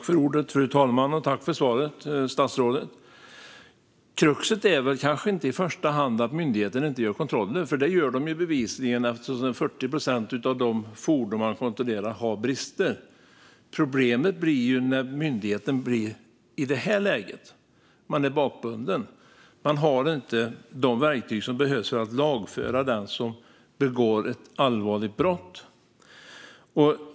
Fru talman! Tack, statsrådet, för svaret! Kruxet är kanske inte i första hand att myndigheten inte gör kontroller, för det gör de bevisligen eftersom 40 procent av de fordon man kontrollerar har brister. Problemet blir när myndigheten blir bakbunden och inte har verktyg för att lagföra den som begår ett allvarligt brott.